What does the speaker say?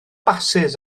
basys